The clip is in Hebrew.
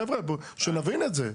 חבר'ה, שנבין את זה.